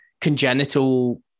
congenital